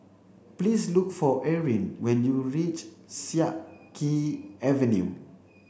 please look for Eryn when you reach Siak Kew Avenue